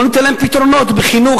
בוא ניתן להם פתרונות בחינוך,